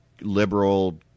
liberal